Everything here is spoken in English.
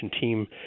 team